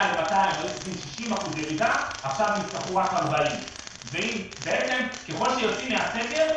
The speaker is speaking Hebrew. ל-200 60% ירידה עכשיו יצטרכו רק 40. ככל שיוצאים מהסגר,